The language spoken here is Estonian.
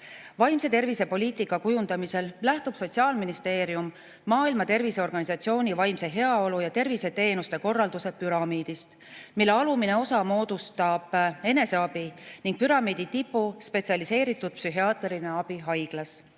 tervise poliitika kujundamisel lähtub Sotsiaalministeerium Maailma Terviseorganisatsiooni vaimse heaolu ja tervise teenuste korralduse püramiidist, mille alumise osa moodustab eneseabi ning püramiidi tipu spetsialiseeritud psühhiaatriline abi haiglas.